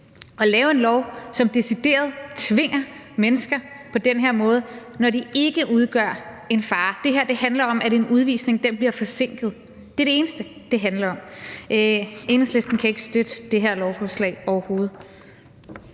at lave en lov, som decideret tvinger mennesker på den her måde, når de ikke udgør en fare. Det her handler om, at en udvisning bliver forsinket. Det er det eneste, det handler om. Enhedslisten kan ikke støtte det her lovforslag, overhovedet.